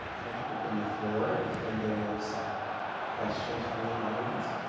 like to open the floor if linda will accept questions from the audience.